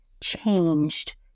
changed